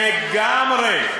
לגמרי.